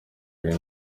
ari